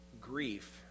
grief